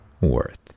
worth